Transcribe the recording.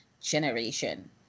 generation